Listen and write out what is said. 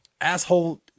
asshole